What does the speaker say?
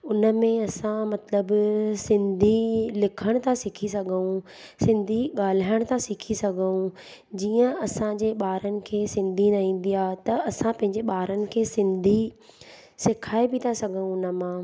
उनमें असां मतिलबु सिंधी लिखण था सिखी सघूं सिंधी ॻाल्हाइण था सिखी सघूं जीअं असांजे ॿारनि खे सिंधी न ईंदी आहे त असां पंहिंजे ॿारनि खे सिंधी सिखाइ बि था सघूं उनमां